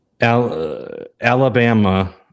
Alabama